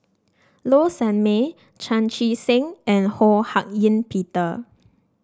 Low Sanmay Chan Chee Seng and Ho Hak Ean Peter